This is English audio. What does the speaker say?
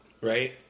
Right